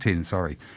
sorry